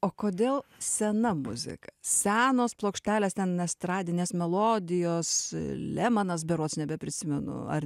o kodėl sena muzika senos plokštelės ten estradinės melodijos lemanas berods nebeprisimenu ar